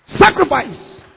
Sacrifice